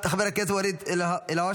חבר הכנסת ואליד אלהואשלה,